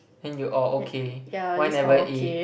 hen you are okay why ever eat